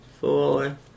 Four